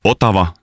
Otava